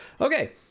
Okay